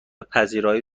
پذیرایی